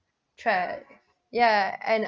ya and